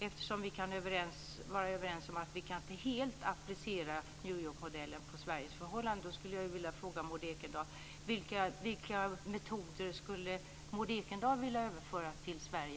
Eftersom som vi kan vara överens om att vi inte helt kan applicera New York-modellen på Sveriges förhållanden, vill jag fråga Maud Ekendahl vilka metoder från New York-modellen hon skulle vilja överföra till Sverige.